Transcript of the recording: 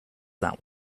that